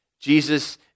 Jesus